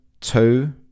two